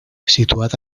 situat